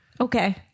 Okay